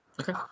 Okay